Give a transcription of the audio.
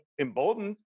emboldened